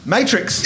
Matrix